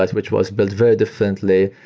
which was built very differently,